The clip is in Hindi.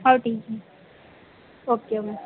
okay okay ma'am